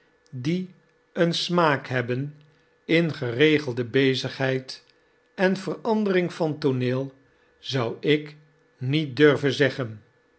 die een smaak hebben in geregelde bezigheid en verandering van tooneel zou ik niet durven zeggen